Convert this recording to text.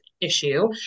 issue